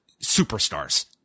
superstars